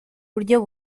buryo